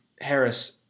Harris